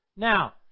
Now